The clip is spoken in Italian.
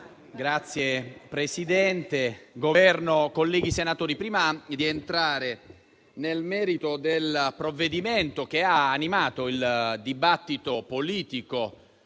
Signor Presidente, Governo, colleghi senatori, prima di entrare nel merito del provvedimento che ha animato il dibattito politico,